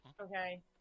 Okay